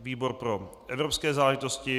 Výbor pro evropské záležitosti.